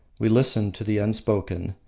we listen to the unspoken,